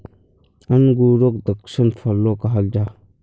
अन्गूरोक द्राक्षा फलो कहाल जाहा